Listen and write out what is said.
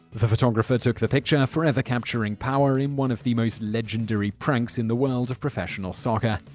but the photographer took the picture, forever capturing power in one of the most legendary pranks in the world of professional soccer.